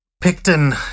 Picton